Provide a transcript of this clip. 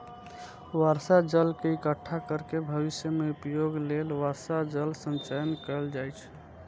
बर्षा जल के इकट्ठा कैर के भविष्य मे उपयोग लेल वर्षा जल संचयन कैल जाइ छै